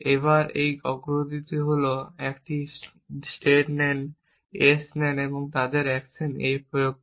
এবং এই অগ্রগতিটি হল একটি স্টেট s নেয় এবং তাদের অ্যাকশন A প্রয়োগ করে